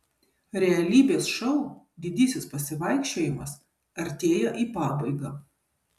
realybės šou didysis pasivaikščiojimas artėja į pabaigą